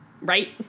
Right